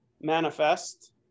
manifest